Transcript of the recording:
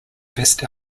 best